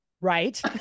Right